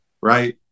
right